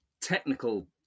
technical